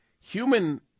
human